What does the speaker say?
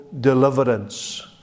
deliverance